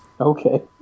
Okay